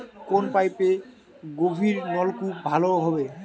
কোন পাইপে গভিরনলকুপ ভালো হবে?